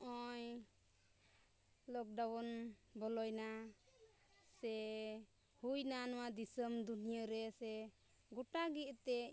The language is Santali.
ᱱᱚᱜᱼᱚᱭ ᱞᱚᱠᱰᱟᱣᱩᱱ ᱵᱚᱞᱚᱭᱮᱱᱟ ᱥᱮ ᱦᱩᱭᱱᱟ ᱱᱚᱣᱟ ᱫᱤᱥᱚᱢ ᱫᱩᱱᱤᱭᱟᱹ ᱨᱮ ᱥᱮ ᱜᱚᱴᱟ ᱜᱮ ᱮᱱᱛᱮᱫ